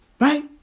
Right